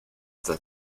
that